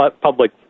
public